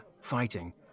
fighting